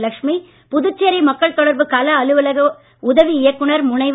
லட்சுமி புதுச்சேரி மக்கள் தொடர்பு கள அலுவலக உதவி இயக்குனர் முனைவர்